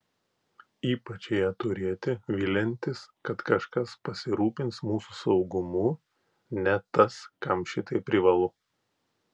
ypač ją turėti viliantis kad kažkas pasirūpins mūsų saugumu net tas kam šitai privalu